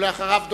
ואחריו,